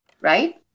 right